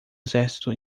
exército